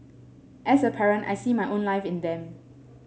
as a parent I see my own life in them